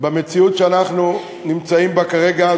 במציאות שאנחנו נמצאים בה כרגע,